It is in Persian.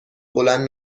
بلند